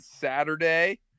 Saturday